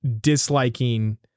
disliking